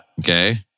Okay